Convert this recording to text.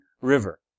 River